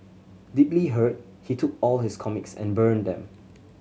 deeply hurt he took all his comics and burnt them